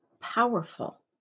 powerful